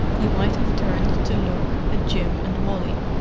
you might have turned to look at jim and wally.